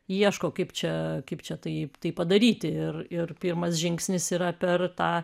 ieško kaip čia kaip čia tai tai padaryti ir ir pirmas žingsnis yra per tą